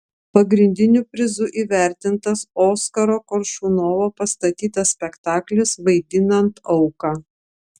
pagrindiniu prizu įvertintas oskaro koršunovo pastatytas spektaklis vaidinant auką